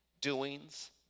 doings